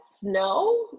snow